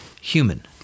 human-